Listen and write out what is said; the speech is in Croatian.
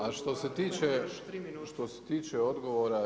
A što se tiče odgovora